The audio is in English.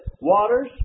waters